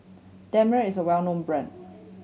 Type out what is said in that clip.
Dermale is well known brand